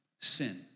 sin